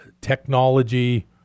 technology